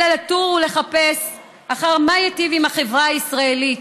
אלא לתור ולחפש אחר מה ייטיב עם החברה הישראלית.